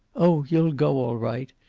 oh, you'll go, all right.